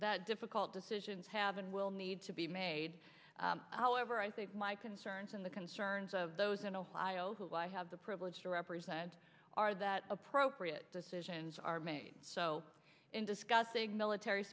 that difficult decisions have and will need to be made however i think my concerns and the concerns of those in a while who i have the privilege to represent are that appropriate decisions are made so in discussing military